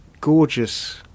gorgeous